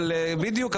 בדיוק.